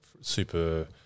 super